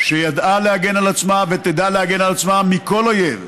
שידעה להגן על עצמה ותדע להגן על עצמה מכל אויב,